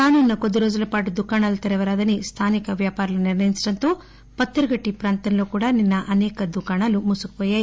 రానున్న కొద్దిరోజుల పాటు దుకాణాలు తెరవరాదని స్థానిక వ్యాపారులు నిర్ణయించడంతో పత్తర్ ఘట్టి ప్రాంతంలో కూడా నిన్న అసేక దుకాణాలు ముసిపేశారు